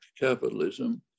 capitalism